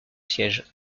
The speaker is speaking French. siège